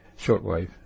shortwave